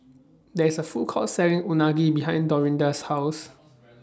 There's A Food Court Selling Unagi behind Dorinda's House